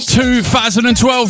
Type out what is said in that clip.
2012